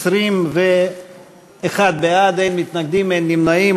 21 בעד, אין מתנגדים, אין נמנעים.